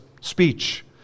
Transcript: speech